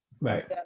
Right